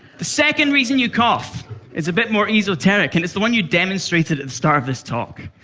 the second reason you cough is a bit more esoteric, and it's the one you demonstrated at start of this talk.